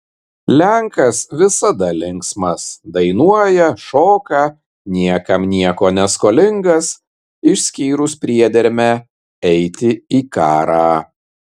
lenkas visada linksmas dainuoja šoka niekam nieko neskolingas išskyrus priedermę eiti į karą